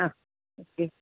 ആ ഓക്കെ